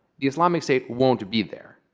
the islamic state won't be there.